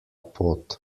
pot